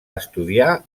estudiar